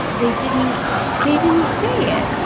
they didn't they didn't say it.